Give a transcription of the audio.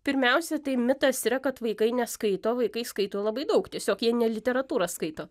pirmiausia tai mitas yra kad vaikai neskaito vaikai skaito labai daug tiesiog jie ne literatūrą skaito